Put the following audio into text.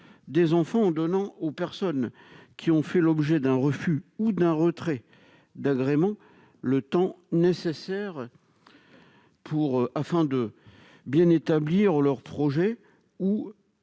des enfants en donnant aux personnes qui ont fait l'objet d'un refus ou d'un retrait d'agrément le temps nécessaire au mûrissement de leur projet ou à la